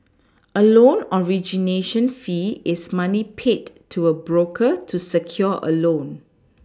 a loan origination fee is money paid to a broker to secure a loan